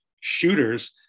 shooters